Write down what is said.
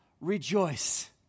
rejoice